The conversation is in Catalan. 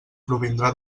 provindrà